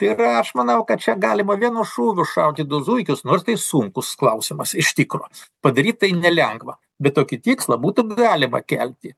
ir aš manau kad čia galima vienu šūviu šauti du zuikius nors tai sunkus klausimas iš tikro padaryt tai nelengva bet tokį tikslą būtų galima kelti